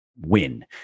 win